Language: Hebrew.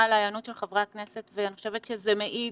על ההיענות של חברי הכנסת ואני חושבת שזה מעיד